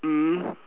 mm